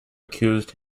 accused